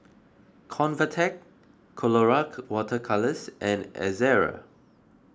Convatec Colora Water Colours and Ezerra